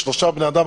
שלושה בני אדם,